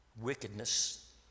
wickedness